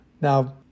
Now